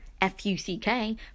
F-U-C-K